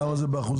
כמה זה באחוזים?